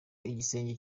igisenge